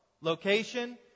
Location